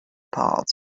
parts